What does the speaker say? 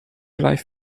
live